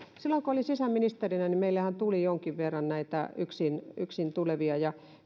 silloinhan kun olin sisäministerinä meille tuli jonkin verran näitä yksin yksin tulevia ja